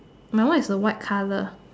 my one is a white colour